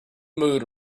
mood